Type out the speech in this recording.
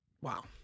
Wow